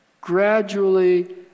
gradually